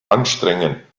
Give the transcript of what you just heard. anstrengen